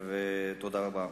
תודה רבה.